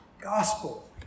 Gospel